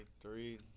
Three